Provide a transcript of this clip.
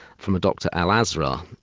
from a dr alazra.